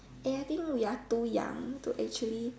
and I think we are too young to actually